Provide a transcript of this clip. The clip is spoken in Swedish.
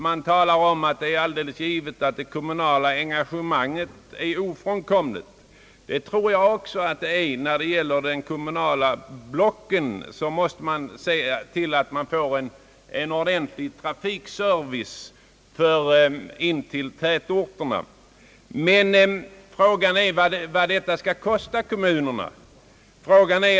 Utskottet talar om att ett kommunalt engagemang är ofrånkomligt, och det tror jag också. Kommunblocken måste se till att invånarna får en ordentlig trafikservice in till tätorterna. Frågan är vad den servicen skall kosta kommunerna.